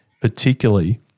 particularly